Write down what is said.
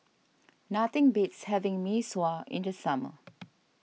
nothing beats having Mee Sua in the summer